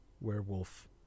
werewolf